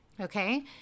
Okay